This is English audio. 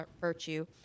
Virtue